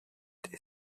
they